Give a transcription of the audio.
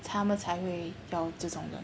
他们才会要这种人